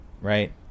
right